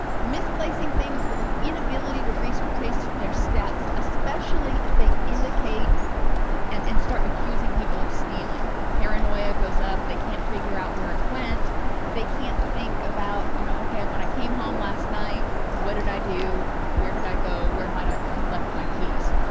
misplacing things with an inability to retrace their steps especially if they indicate and and start accusing people of stealing paranoia goes up they can't figure out where it went they can't think about you know okay when i came home last night what did i do where did i go where might i have left my keys